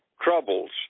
troubles